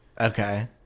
Okay